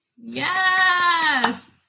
Yes